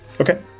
Okay